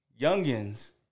youngins